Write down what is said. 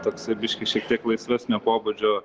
toksai biškį šiek tiek laisvesnio pobūdžio